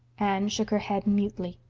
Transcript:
anne shook her head mutely.